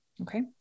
okay